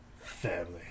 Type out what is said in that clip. Family